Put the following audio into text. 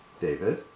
David